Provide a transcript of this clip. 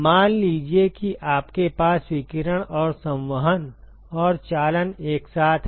मान लीजिए कि आपके पास विकिरण और संवहन और चालन एक साथ है